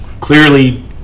clearly